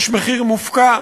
יש מחיר מופקע,